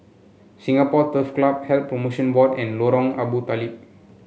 Singapore Turf Club Health Promotion Board and Lorong Abu Talib